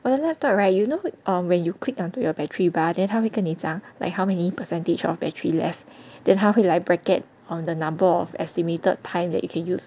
我的 laptop right you know err when you click onto your battery bar then 它会跟你讲 like how many percentage of battery left then 它会来 bracket on the number of estimated time that you can use